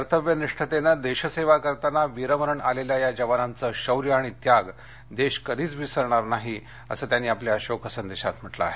कर्त्तव्यनिष्ठतेनं देशसेवा करताना वीरमरण आलेल्या या जवानांचं शौर्य आणि त्याग देश कधीच विसरणार नाही असं त्यांनी आपल्या शोकसंदेशात म्हटलं आहे